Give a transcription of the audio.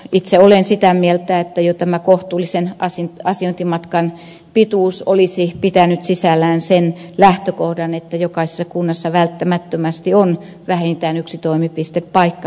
itse olen sitä mieltä että jo tämä kohtuullisen asiointimatkan pituus olisi pitänyt sisällään sen lähtökohdan että jokaisessa kunnassa välttämättömästi on vähintään yksi toimipistepaikka